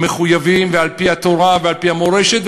מחויבים, ועל-פי התורה, ועל-פי המורשת,